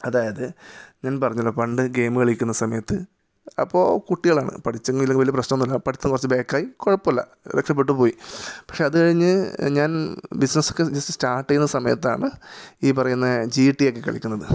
അതായത് ഞാൻ പറഞ്ഞല്ലോ പണ്ട് ഗെയിം കളിക്കുന്ന സമയത്ത് അപ്പോൾ കുട്ടികളാണ് പഠിച്ചില്ലെങ്കിലും വലിയ പ്രശ്നം ഒന്നുമില്ല പഠിത്തം കുറച്ചു ബാക്ക് ആയി കുഴപ്പമില്ല രക്ഷപെട്ട് പോയി പക്ഷേ അത് കഴിഞ്ഞ് ഞാൻ ബിസിനസ് ഒക്കെ ജസ്റ്റ് സ്റ്റാർട്ട് ചെയ്യുന്ന സമയത്താണ് ഈ പറയുന്ന ജി ടി എ ഒക്കെ കളിക്കുന്നത്